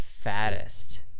fattest